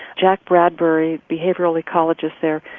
jack bradbury, behavioural ecologist there,